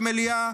במליאה,